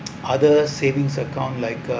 other savings account like uh